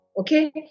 Okay